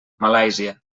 malàisia